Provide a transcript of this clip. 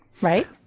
right